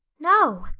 no.